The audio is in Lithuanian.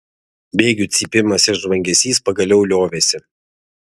bėgių cypimas ir žvangesys pagaliau liovėsi